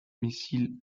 missile